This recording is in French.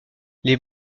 les